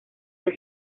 del